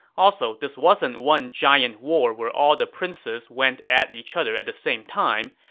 also, this wasn't one giant war where all the princes went at each other at the same time,